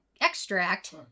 extract